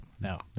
No